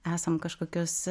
esam kažkokius